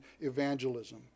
evangelism